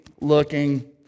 looking